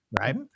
right